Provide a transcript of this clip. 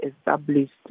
established